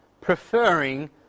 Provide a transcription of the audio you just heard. preferring